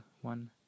one